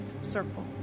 circle